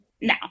Now